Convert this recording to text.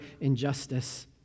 injustice